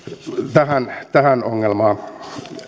tähän tähän ongelmaan